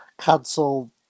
cancel